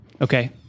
Okay